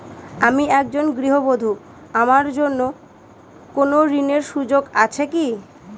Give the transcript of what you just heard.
আমি একজন গৃহবধূ আমার জন্য কোন ঋণের সুযোগ আছে কি?